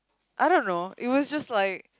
I don't know it was just like